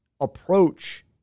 approach